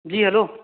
جی hello